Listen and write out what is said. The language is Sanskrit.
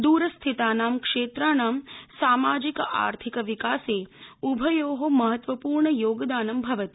द्रस्थितानां क्षेत्राणां सामाजिक आर्थिक विकासे उभयो महत्त्वपूर्ण योगदानं भवति